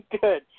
Good